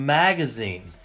magazine